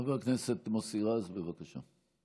חבר הכנסת מוסי רז, בבקשה.